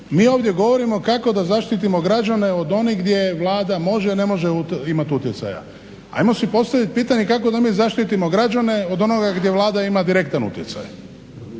mi ovdje govorimo kako da zaštitimo građane od onih gdje Vlada može, ne može imat utjecaja. Ajmo si postavit pitanje kako da mi zaštitimo građane od onoga gdje Vlada ima direktan utjecaj.